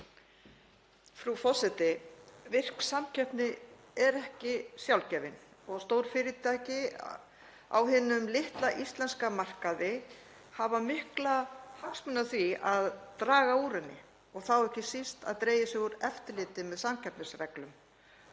Frú forseti. Virk samkeppni er ekki sjálfgefin. Stór fyrirtæki á hinum litla íslenska markaði hafa mikla hagsmuni af því að draga úr henni og þá ekki síst að dregið sé úr eftirliti með samkeppnisreglum.